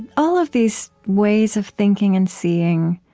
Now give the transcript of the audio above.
and all of these ways of thinking and seeing